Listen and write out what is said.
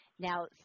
Now